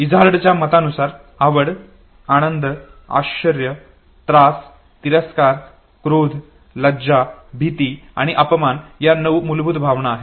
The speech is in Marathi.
इझार्डच्या मतानुसार आवड आनंद आश्चर्य त्रास तिरस्कार क्रोध लज्जा भीती आणि अपमान या नऊ मूलभूत भावना आहेत